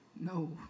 No